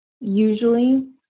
usually